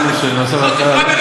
מה זה משנה, תקרא ברוורס.